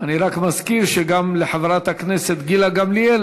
אני רק מזכיר שגם לחברת הכנסת גילה גמליאל